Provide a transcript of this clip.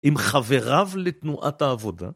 עם חבריו לתנועת העבודה.